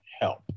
help